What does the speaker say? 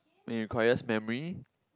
when it requires memory